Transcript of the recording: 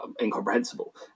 incomprehensible